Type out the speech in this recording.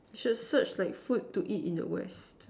you should search like food to eat in the West